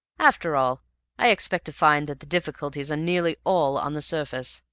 after all i expect to find that the difficulties are nearly all on the surface.